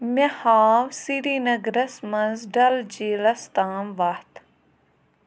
مےٚ ہاو سرینگرس منٛز ڈل جیٖلس تام وتھ